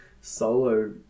solo